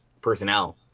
personnel